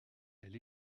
elle